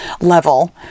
level